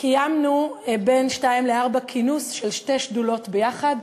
קיימנו בין 14:00 ל-16:00 כינוס של שתי שדולות ביחד,